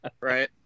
right